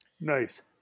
nice